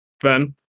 Ben